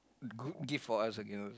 g~ give for us I can also